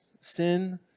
Sin